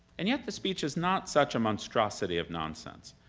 and yet the speech is not such a monstrosity of nonsense.